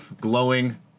glowing